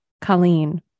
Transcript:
Colleen